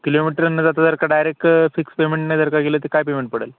kilometre नं जाता जर का डायरेक फिक्स पेमेंटने जर का गेलं तर काय पेमेंट पडेल